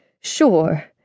sure